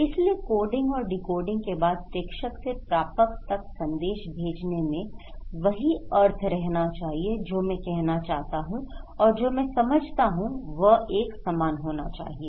इसलिए कोडिंग और डिकोडिंग के बाद प्रेषक से प्रापक तक संदेश भेजने में वही अर्थ रहना चाहिए जो मैं कहना चाहता हूं और जो मैं समझता हूं वह एक समान होना चाहिए